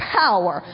power